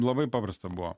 labai paprasta buvo